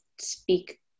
speak